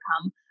come